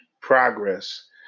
progress